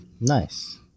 Nice